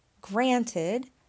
Granted